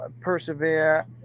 persevere